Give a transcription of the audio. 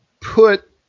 put